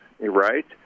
right